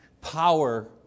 power